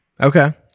Okay